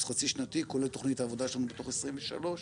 החצי שנתי כולל תכנית העבודה שלנו בתוך 2023,